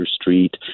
Street